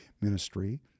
Ministry